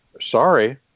Sorry